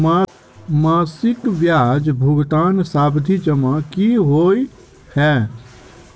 मासिक ब्याज भुगतान सावधि जमा की होइ है?